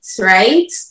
right